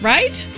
Right